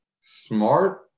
Smart